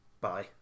Bye